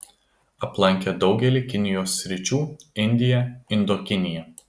aplankė daugelį kinijos sričių indiją indokiniją